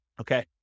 Okay